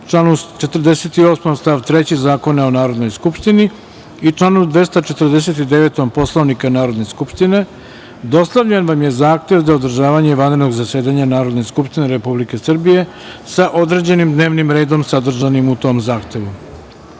članom 48. stav 3. Zakona o Narodnoj skupštini i članu 249. Poslovnika Narodne skupštine, dostavljen vam je zahtev za održavanje vanrednog zasedanja Narodne skupštine Republike Srbije, sa određenim dnevnim redom sadržanim u tom zahtevu.Za